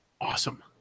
Awesome